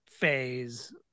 Phase